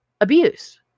abuse